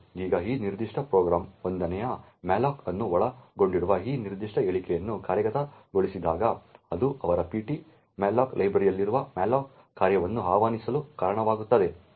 ಈಗ ಈ ನಿರ್ದಿಷ್ಟ ಪ್ರೋಗ್ರಾಂನ 1 ನೇ ಮ್ಯಾಲೋಕ್ ಅನ್ನು ಒಳಗೊಂಡಿರುವ ಈ ನಿರ್ದಿಷ್ಟ ಹೇಳಿಕೆಯನ್ನು ಕಾರ್ಯಗತಗೊಳಿಸಿದಾಗ ಅದು ಅವರ ptmalloc ಲೈಬ್ರರಿಯಲ್ಲಿರುವ malloc ಕಾರ್ಯವನ್ನು ಆಹ್ವಾನಿಸಲು ಕಾರಣವಾಗುತ್ತದೆ